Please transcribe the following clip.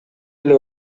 эле